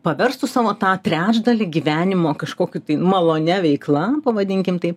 paverstų savo tą trečdalį gyvenimo kažkokiu tai malonia veikla pavadinkim taip